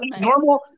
normal